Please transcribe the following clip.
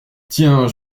tiens